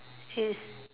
he is